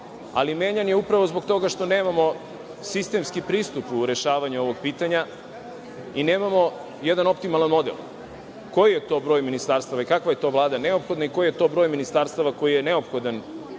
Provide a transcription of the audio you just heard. Menjan je upravo zbog toga što nemamo sistemski pristup u rešavanju ovog pitanja i nemamo jedan optimalan model koji je to broj ministarstava i kakva je to vlada neophodna i koji je to broj ministarstava koji je neophodan